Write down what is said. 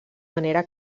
manera